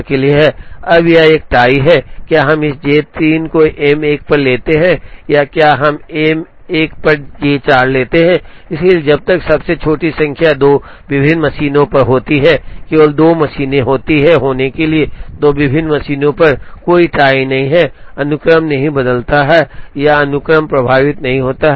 अब यहाँ एक टाई है कि क्या हम इस J 3 को M 1 पर लेते हैं या क्या हम M 1 पर J 4 लेते हैं इसलिए जब तक सबसे छोटी संख्या 2 विभिन्न मशीनों पर होती है केवल 2 मशीनें होती हैं होने के लिए 2 विभिन्न मशीनों पर कोई टाई नहीं है अनुक्रम नहीं बदलता है या अनुक्रम प्रभावित नहीं होता है